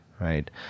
right